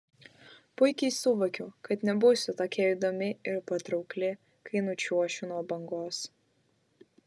puikiai suvokiu kad nebūsiu tokia įdomi ir patraukli kai nučiuošiu nuo bangos